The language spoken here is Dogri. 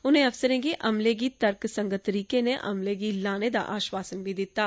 उनें अफसरें गी तर्कसंगत तरीके नै अमले गी लाने दा आश्वासन बी दित्ता